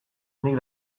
nik